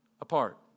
apart